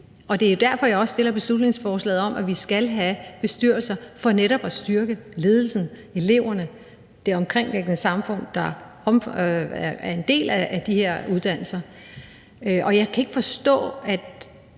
er også derfor, jeg har fremsat beslutningsforslaget om, at vi skal have bestyrelser – for netop at styrke ledelsen, eleverne, det omkringliggende samfund, der er en del af de her uddannelser. Og jeg kan ikke forstå, at